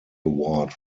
award